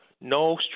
no